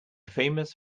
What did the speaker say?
famous